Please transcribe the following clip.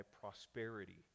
prosperity